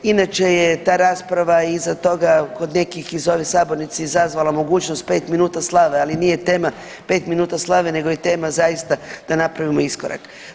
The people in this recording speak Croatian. Inače je ta rasprava iza toga kod nekih iz ove sabornice izazvala mogućnost pet minuta slave, ali nije tema pet minuta slave, nego je tema zaista da napravimo iskorak.